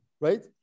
right